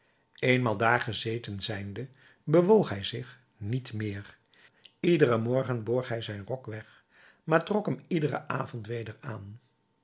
eenmaal daar gezeten zijnde bewoog hij zich niet meer iederen morgen borg hij zijn rok weg maar trok hem iederen avond weder aan